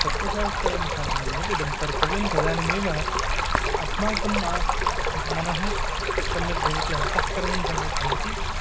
तत्वशास्त्रानुसारेणैव इदं कर्तव्यं तदानीमेव अस्माकं मा मनः सम्यग् भवति अन्तःकरणं सम्यग् भवति